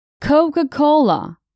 Coca-Cola